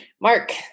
Mark